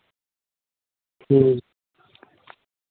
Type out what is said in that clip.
ᱦᱮᱸ